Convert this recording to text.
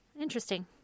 Interesting